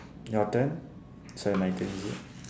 your turn sorry my turn is it